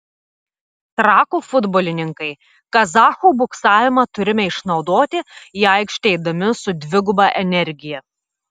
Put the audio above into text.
trakų futbolininkai kazachų buksavimą turime išnaudoti į aikštę eidami su dviguba energija